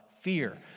fear